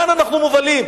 לאן אנחנו מובלים?